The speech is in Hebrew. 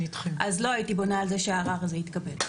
אז לא הייתי בונה על זה שהערער הזה יתקבל.